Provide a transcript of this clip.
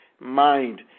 mind